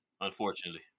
unfortunately